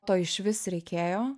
to išvis reikėjo